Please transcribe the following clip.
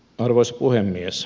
arvoisa puhemies